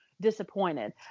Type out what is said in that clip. disappointed